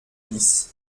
dix